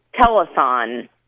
telethon